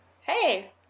Hey